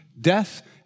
Death